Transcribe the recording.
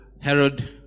Herod